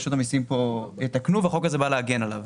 החוק הזה בא להגן עליו.